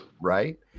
Right